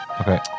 Okay